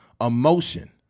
emotion